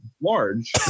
large